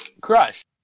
Crush